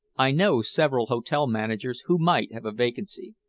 i know several hotel-managers who might have a vacancy.